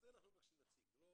אנחנו מבקשים נציג.